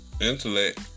intellect